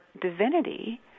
divinity